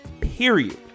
Period